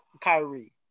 Kyrie